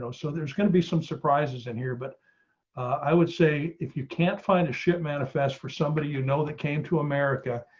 so there's going to be some surprises in here, but i would say if you can't find a ship manifest for somebody you know that came to america,